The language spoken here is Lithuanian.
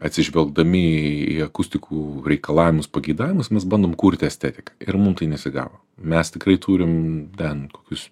atsižvelgdami į akustikų reikalavimus pageidavimus mes bandom kurti estetiką ir mum tai nesigavo mes tikrai turim ten kokius